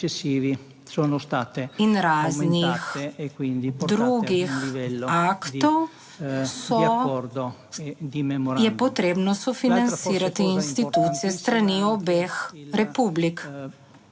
in raznih drugih aktov, je potrebno sofinancirati institucije s strani obeh republik.